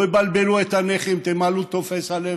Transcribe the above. לא יבלבלו את הנכים: תמלאו טופס א',